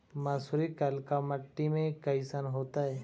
मसुरी कलिका मट्टी में कईसन होतै?